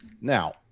Now